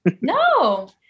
no